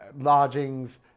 lodgings